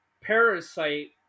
parasite